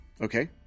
Okay